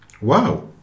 Wow